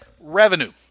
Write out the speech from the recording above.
Revenue